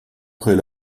près